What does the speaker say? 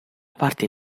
parte